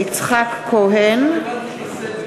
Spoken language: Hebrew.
יצחק כהן,